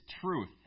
truth